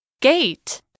gate